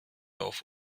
auf